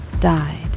died